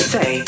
say